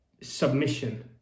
submission